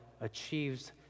achieves